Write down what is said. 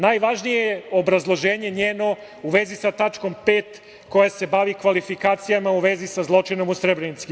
Najvažnije je obrazloženje njeno u vezi sa tačkom 5. koje se bavi kvalifikacijama u vezi sa zločinom u Srebrenici.